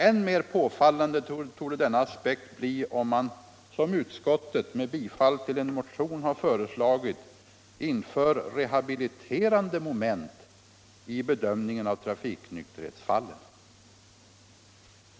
Än mer påfallande torde denna aspekt bli om man, som utskottet — med bifall till en motion — har föreslagit, inför rehabiliterande moment i bedömningen av trafiknykterhetsfallen.